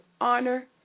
honor